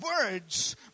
words